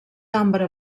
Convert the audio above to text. ambre